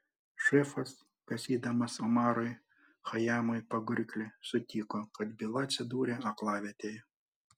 šefas kasydamas omarui chajamui pagurklį sutiko kad byla atsidūrė aklavietėje